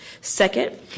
Second